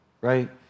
right